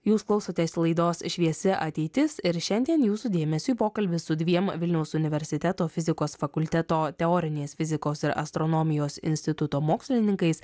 jūs klausotės laidos šviesi ateitis ir šiandien jūsų dėmesiui pokalbis su dviem vilniaus universiteto fizikos fakulteto teorinės fizikos ir astronomijos instituto mokslininkais